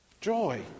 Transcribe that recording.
Joy